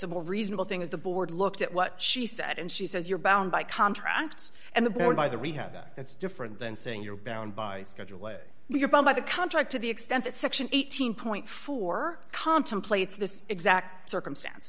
a more reasonable thing is the board looked at what she said and she says you're bound by contracts and the board by the rehab that's different than saying you're bound by schedule a you're bound by the contract to the extent that section eighteen point four contemplates this exact circumstance